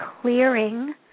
clearing